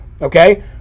Okay